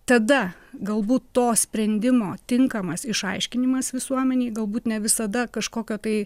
tada galbūt to sprendimo tinkamas išaiškinimas visuomenei galbūt ne visada kažkokio tai